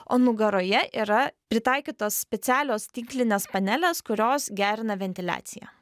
o nugaroje yra pritaikytos specialios tinklinės panelės kurios gerina ventiliaciją